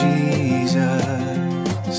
Jesus